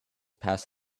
past